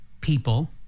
people